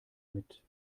mit